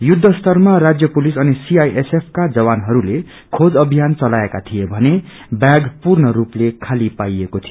युद्ध स्तरमा राज पुलिस अनि सीआईएसएफ का जवानहस्ले खेज अभियान चलाएका थिए भने बैर पूर्ण स्पले खाली पाइएको थियो